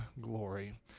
glory